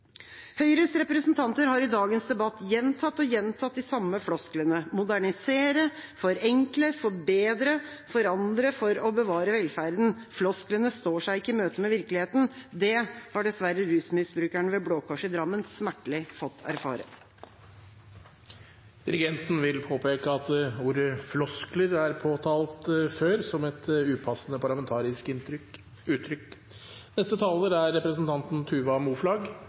Høyres representanter har i dagens debatt gjentatt og gjentatt de samme flosklene: modernisere, forenkle, forbedre, forandre for å bevare velferden. Flosklene står seg ikke i møte med virkeligheten. Det har dessverre rusmisbrukerne ved Blå Kors i Drammen smertelig fått erfare. Presidenten vil påpeke at «flosklene» er påtalt før som et upassende parlamentarisk uttrykk.